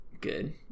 Good